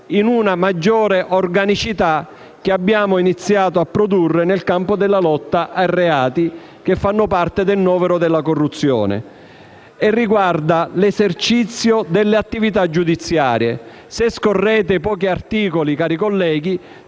nella maggiore organicità che abbiamo iniziato a produrre nel campo della lotta ai reati che fanno parte del novero della corruzione e che riguarda l'esercizio delle attività giudiziarie. Se scorrete i pochi articoli, che lo